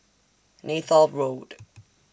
Neythal Road